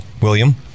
William